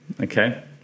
Okay